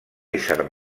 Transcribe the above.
ésser